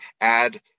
add